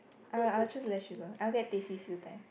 I I will choose less sugar I'll get teh c siew dai